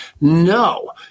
no